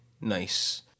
nice